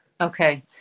Okay